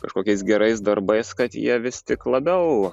kažkokiais gerais darbais kad jie vis tik labiau